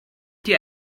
die